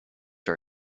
are